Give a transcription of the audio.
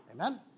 Amen